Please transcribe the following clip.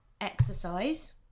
exercise